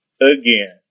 again